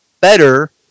better